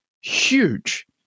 huge